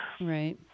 Right